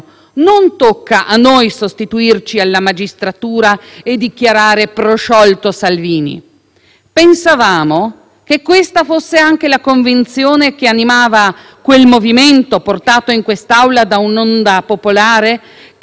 Pensavamo che questa fosse anche la convinzione che animava quel Movimento portato in quest'Aula da un'onda popolare che gli chiedeva di farsi portavoce di istanze di giustizia e pulizia nelle istituzioni.